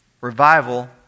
Revival